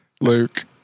luke